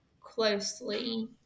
closely